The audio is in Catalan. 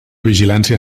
vigilància